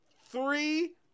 three